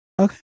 Okay